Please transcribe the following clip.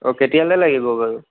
অঁ কেতিয়ালৈ লাগিব বাৰু